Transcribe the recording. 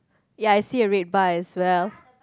ya I see a red bar as well